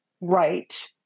right